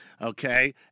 okay